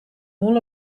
all